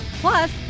Plus